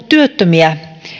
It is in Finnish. työttömiä